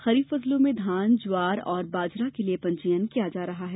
खरीफ फसलों में धानज्वार और बाजरा के लिए पंजीयन किया जा रहा है